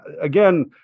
again